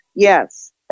Yes